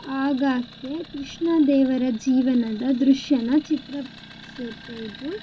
ಆಗಾಕ್ಕೆ ಕೃಷ್ಣ ದೇವರ ಜೀವನದ ದೃಶ್ಯನ ಚಿತ್ರಿಸುತ್ತೆ ಇದು